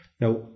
Now